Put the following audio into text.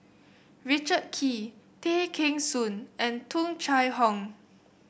Richard Kee Tay Kheng Soon and Tung Chye Hong